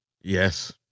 Yes